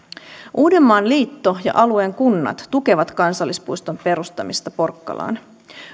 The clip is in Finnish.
uudenmaan liitto ja alueen kunnat tukevat kansallispuiston perustamista porkkalaan